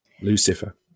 Lucifer